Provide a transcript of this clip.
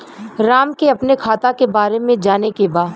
राम के अपने खाता के बारे मे जाने के बा?